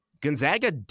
Gonzaga